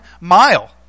mile